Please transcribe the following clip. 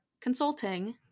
Consulting